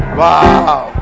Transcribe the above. wow